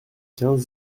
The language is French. quinze